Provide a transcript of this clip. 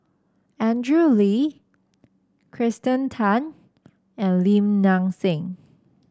Andrew Lee Kirsten Tan and Lim Nang Seng